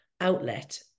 outlet